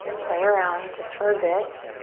play around just for a bit.